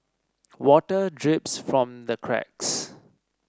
water drips from the cracks